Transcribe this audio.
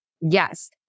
Yes